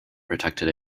protected